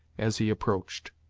as he approached.